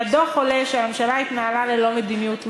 מהדוח עולה שהממשלה התנהלה ללא מדיניות מסודרת,